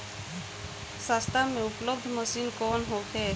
सस्ता में उपलब्ध मशीन कौन होखे?